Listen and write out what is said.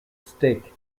stick